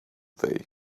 day